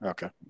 Okay